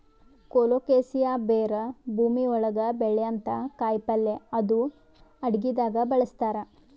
colocasia ಬೇರ್ ಭೂಮಿ ಒಳಗ್ ಬೆಳ್ಯಂಥ ಕಾಯಿಪಲ್ಯ ಇದು ಅಡಗಿದಾಗ್ ಬಳಸ್ತಾರ್